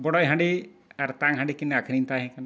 ᱵᱚᱰᱚᱡ ᱦᱟᱺᱰᱤ ᱟᱨ ᱛᱟᱝ ᱦᱟᱺᱰᱤ ᱠᱤᱱ ᱟᱹᱠᱷᱨᱤᱧ ᱛᱟᱦᱮᱸ ᱠᱟᱱᱟ